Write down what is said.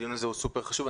הדיון הזה הוא סופר חשוב.